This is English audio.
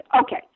Okay